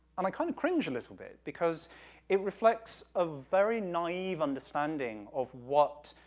um i kind of cringe a little bit, because it reflects a very naive understanding of what,